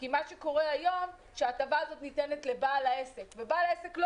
כי מה שקורה היום שההטבה הזאת ניתנת לבעל העסק ובעל העסק לא